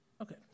Okay